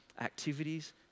activities